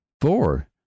four